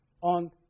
on